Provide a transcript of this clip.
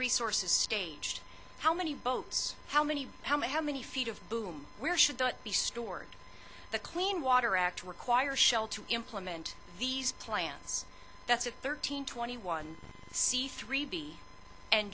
resources staged how many boats how many how many how many feet of boom where should that be stored the clean water act to require shell to implement these plans that's a thirteen twenty one c three b and